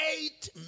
eight